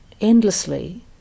endlessly